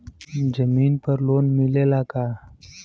जमीन पर लोन मिलेला का?